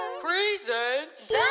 presents